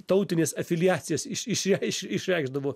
tautines afiliacijas iš iš išreiš išreikšdavo